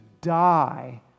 die